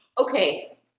okay